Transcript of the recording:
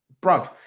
Bro